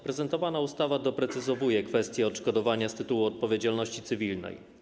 Prezentowana ustawa doprecyzowuje kwestię odszkodowania z tytułu odpowiedzialności cywilnej.